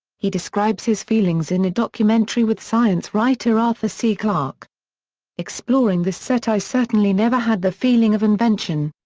he describes his feelings in a documentary with science writer arthur c. clarke exploring this set i certainly never had the feeling of invention.